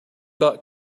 bought